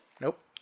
nope